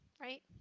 right